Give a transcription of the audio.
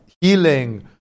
healing